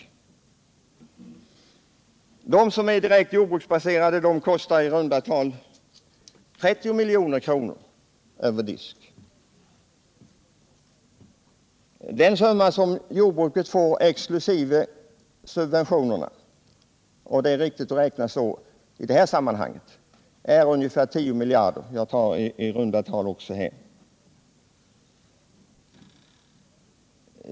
De livsmedel som är direkt jordbruksbaserade kostar i runt tal 30 miljarder kronor över disk. Den summa som jordbrukarna får exkl. subventionerna — och det är riktigt att räkna så i detta sammanhang —- är ungefär 10 miljarder kronor.